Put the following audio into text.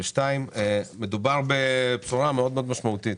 מדובר בבשורה מאוד מאוד משמעותית.